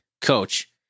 coach